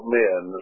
men